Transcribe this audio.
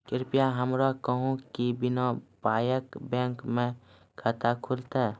कृपया हमरा कहू कि बिना पायक बैंक मे खाता खुलतै?